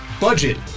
budget